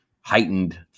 heightened